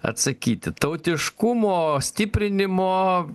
atsakyti tautiškumo stiprinimo